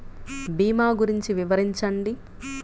భీమా గురించి వివరించండి?